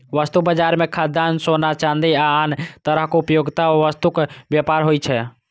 वस्तु बाजार मे खाद्यान्न, सोना, चांदी आ आन तरहक उपभोक्ता वस्तुक व्यापार होइ छै